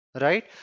Right